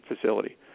facility